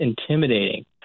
intimidating